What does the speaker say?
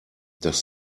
dass